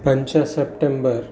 पञ्च सप्टम्बर्